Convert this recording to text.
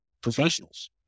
professionals